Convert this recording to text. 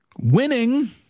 Winning